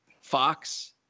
Fox –